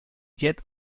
llet